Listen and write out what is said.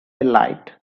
delight